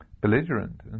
belligerent